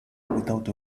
without